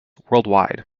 worldwide